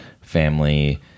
family